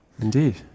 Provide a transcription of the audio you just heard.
Indeed